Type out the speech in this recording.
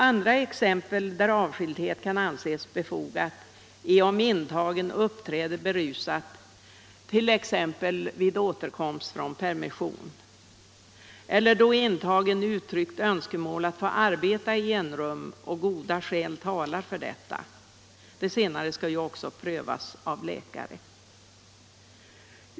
Andra fall där avskildhet kan anses befogad är att intagen uppträder berusad, exempelvis vid återkomst från permission, eller att intagen har uttryckt önskemål om att få arbeta i enrum och att goda skäl talar härför. Det snare skall prövas av läkare.